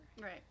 Right